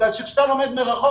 בגלל שכשאתה לומד מרחוק,